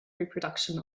reproduction